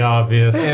obvious